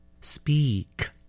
Speak